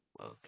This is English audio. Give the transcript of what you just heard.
okay